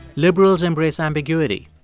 liberals embrace ambiguity.